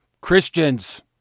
Christians